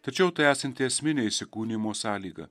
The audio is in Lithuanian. tačiau tai esanti esminė įsikūnijimo sąlyga